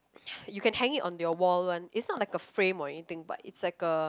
you can hang it on your wall one it's not like a frame or anything but it's like a